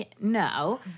No